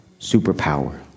superpower